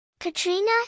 Katrina